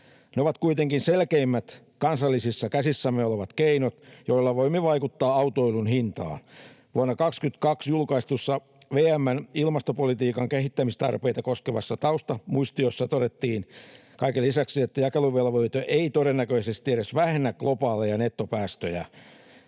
Ne ovat kuitenkin selkeimmät kansallisissa käsissämme olevat keinot, joilla voimme vaikuttaa autoilun hintaan. Vuonna 22 julkaistussa VM:n ilmastopolitiikan kehittämistarpeita koskevassa taustamuistiossa todettiin kaiken lisäksi, että jakeluvelvoite ei todennäköisesti edes vähennä globaaleja nettopäästöjä.